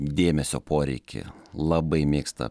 dėmesio poreikį labai mėgsta